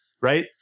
Right